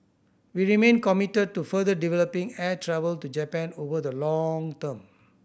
we remain committed to further developing air travel to Japan over the long term